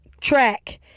track